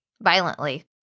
violently